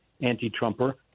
anti-Trumper